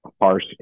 harsh